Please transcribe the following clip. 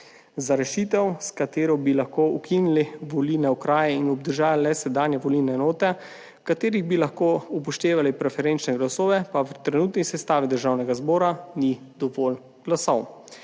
Za rešitev, s katero bi lahko ukinili volilne okraje in obdržali le sedanje volilne enote, v katerih bi lahko upoštevali preferenčne glasove, pa v trenutni sestavi Državnega zbora ni dovolj glasov.